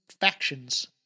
factions